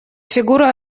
фигура